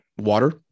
Water